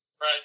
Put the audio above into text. Right